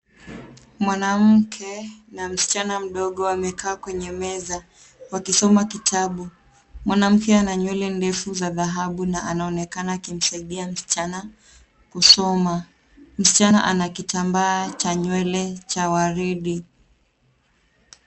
Mwanamke na msichana mdogo wamekaa kwenye meza wakisoma kitabu. Mwanamke ana nywele ndefu za dhahabu na anaonekana akimsaidia msichana kusoma. Msichana ana kitambaa cha nywele cha waridi.